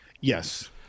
Yes